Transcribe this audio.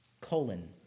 colon